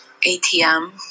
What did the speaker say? atm